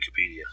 Wikipedia